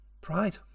pride